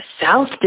South